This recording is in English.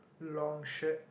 long shirt